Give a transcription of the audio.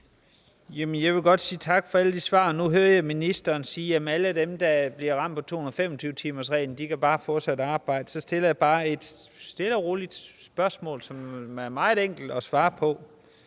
Jeg vil godt sige tak for alle de svar. Nu hører jeg ministeren sige, at alle dem, der bliver ramt af 225-timersreglen, bare kan få sig et arbejde. Så stiller jeg bare stille og roligt et spørgsmål, som det er meget enkelt at svare på: